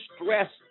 stress